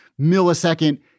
millisecond